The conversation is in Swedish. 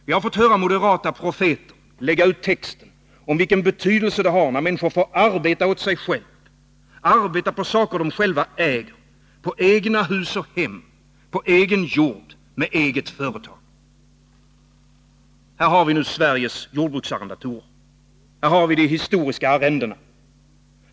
Vi har fått höra moderata profeter lägga ut texten om vilken betydelse det har när människor får arbeta åt sig själva, arbeta på saker de själva äger, på egna hus och hem, på egen jord eller med eget företag. Här har vi nu Sveriges jordbruksarrendatorer. Här har vi de historiska arrendena.